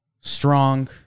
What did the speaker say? Strong